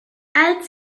als